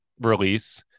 release